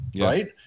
right